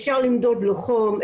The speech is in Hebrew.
אפשר למדוד לו חום,